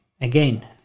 Again